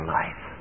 life